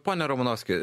pone romanovski